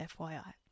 FYI